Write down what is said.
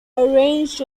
arranged